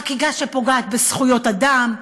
חקיקה שפוגעת בזכויות אדם,